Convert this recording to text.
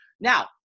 Now